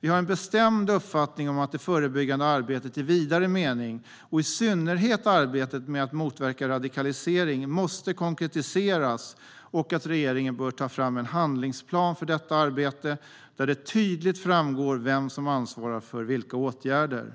Vi har en bestämd uppfattning om att det förebyggande arbetet i vidare mening, och i synnerhet arbetet med att motverka radikalisering, måste konkretiseras och att regeringen bör ta fram en handlingsplan för detta arbete där det tydligt framgår vem som ansvarar för vilka åtgärder.